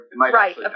Right